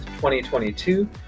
2022